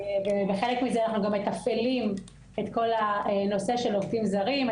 ובחלק מזה אנחנו גם מתפעלים את כל הנושא של עובדים זרים.